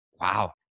wow